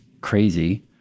crazy